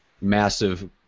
massive